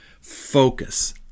focus